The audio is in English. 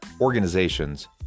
organizations